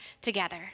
together